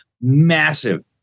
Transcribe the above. Massive